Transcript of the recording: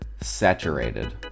saturated